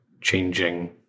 changing